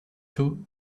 two